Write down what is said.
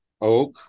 oak